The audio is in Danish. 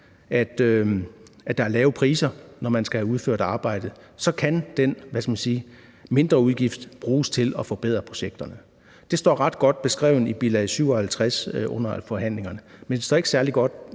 at der er lave priser, når man skal have udført arbejdet, så kan den mindre udgift bruges til at forbedre projekterne. Det står ret godt beskrevet i bilag 57 under forhandlingerne, men det står ikke særlig godt